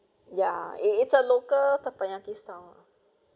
ya it's it's a local teppanyaki style lah